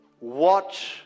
Watch